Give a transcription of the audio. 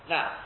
Now